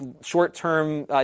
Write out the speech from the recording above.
short-term